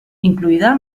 incluida